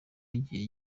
y’igihe